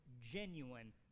genuine